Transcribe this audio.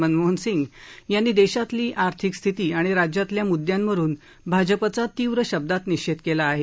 मनमोहन सिंग यांनी देशातील आर्थिक स्थिती आणि राज्यातील मुद्दांवरून भाजपचा तीव्र शब्दांत निषेध केला आहे